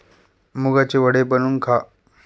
मुगाचे वडे बनवून खा